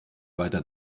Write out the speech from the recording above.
weiter